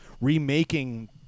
remaking